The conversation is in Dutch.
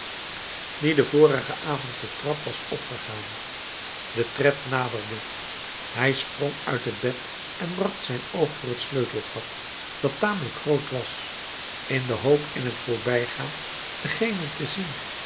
die den vorigen avond de trap was opgegaan de tred naderde hij sprong uit het bed en bracht zijn oog voor het sleutelgat dat tamelijk groot was in de hoop in t voorbijgaan dengene te zien